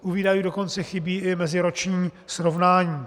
U výdajů dokonce chybí i meziroční srovnání.